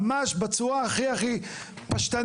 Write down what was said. ממה בצורה הכי פשטנית.